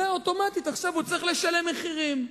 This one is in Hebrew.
ואוטומטית עכשיו הוא צריך לשלם מחירים.